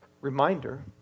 reminder